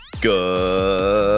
Good